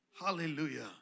Hallelujah